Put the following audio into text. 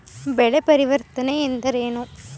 ಬೆಳೆ ಪರಿವರ್ತನೆ ಎಂದರೇನು?